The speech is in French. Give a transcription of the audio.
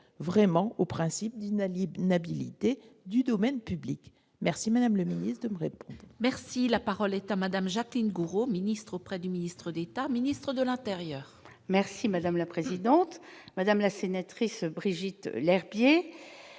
vraiment au principe finale Ibn habilité du domaine public, merci Madame le ministre me répond. Merci, la parole est à Madame Jacqueline Gourault, ministre auprès du ministre d'État, ministre de l'Intérieur. Merci madame la présidente, madame la sénatrice Brigitte Lherbier